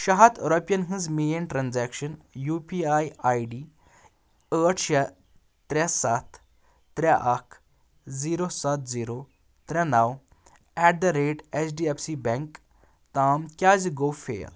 شےٚ ہتھ رۄپِیَن ہٕنٛز main transaction U P I I D ٲٹھ شےٚ ترٛےٚ ستھ ترٛےٚ اَکھ زیٖرو ستھ زِیٖرو ترٛےٚ نَو ایٚٹ دٕ ریٚٹ H D F C bank تام کیٛازِ گوٚو فیل